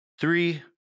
Three